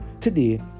today